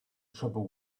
trouble